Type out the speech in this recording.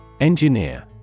Engineer